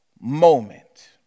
moment